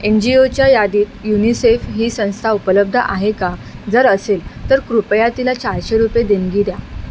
N G ओच्या यादीत UNICEF ही संस्था उपलब्ध आहे का जर असेल तर कृपया तिला चारशे रुपये देणगी द्या